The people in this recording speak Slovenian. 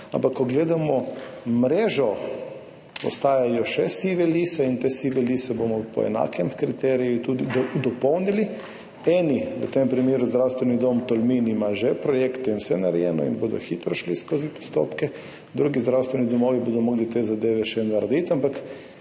Ampak ko gledamo mrežo, ostajajo še sive lise, in te sive lise bomo po enakem kriteriju tudi dopolnili. Eni, v tem primeru Zdravstveni dom Tolmin, imajo že projekte in vse narejeno in bodo hitro šli skozi postopke, drugi zdravstveni domovi bodo mogli te zadeve še narediti, ampak